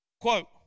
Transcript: Quote